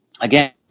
again